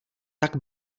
tak